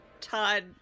todd